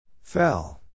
Fell